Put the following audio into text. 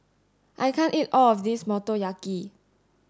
I can't eat all of this Motoyaki